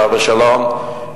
עליו השלום,